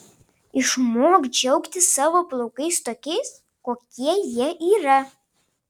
išmok džiaugtis savo plaukais tokiais kokie jie yra